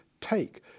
take